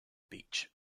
beach